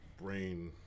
brain